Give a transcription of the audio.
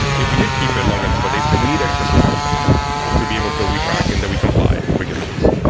if we did keep it longer than four days, then we need extra systems to be able to track and that we comply with regulations.